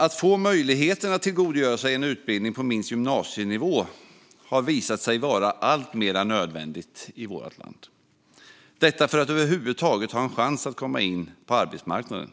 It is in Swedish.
Att få möjligheten att tillgodogöra sig en utbildning på minst gymnasienivå har visat sig vara alltmer nödvändigt i vårt land, detta för att över huvud taget ha en chans att komma in på arbetsmarknaden.